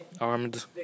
armed